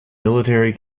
military